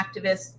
activists